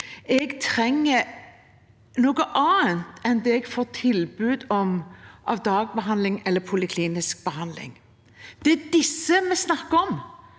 Jeg trenger noe annet enn det jeg får tilbud om av dagbehandling eller poliklinisk behandling. Det er disse vi snakker om.